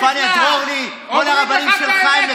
אני אקריא את השמות של הרבנים שלך.